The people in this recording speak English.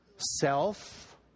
self